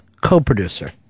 co-producer